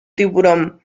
tiburón